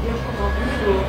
ieškoma būdų